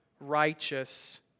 righteous